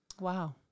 Wow